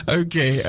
okay